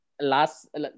Last